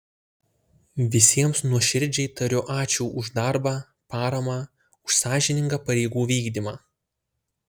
visiems nuoširdžiai tariu ačiū už darbą paramą už sąžiningą pareigų vykdymą